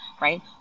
right